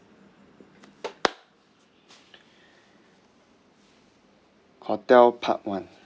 hotel part one